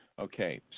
Okay